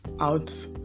out